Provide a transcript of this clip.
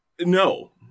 No